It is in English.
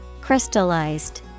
Crystallized